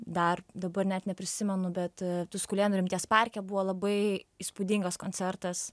dar dabar net neprisimenu bet tuskulėnų rimties parke buvo labai įspūdingas koncertas